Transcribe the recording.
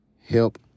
help